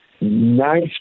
nice